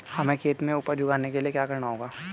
हमें खेत में उपज उगाने के लिये क्या करना होगा?